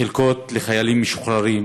חלקות לחיילים משוחררים,